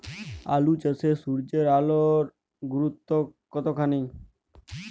আলু চাষে সূর্যের আলোর গুরুত্ব কতখানি?